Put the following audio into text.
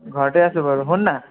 ঘৰতে আছোঁ বাৰু শুননা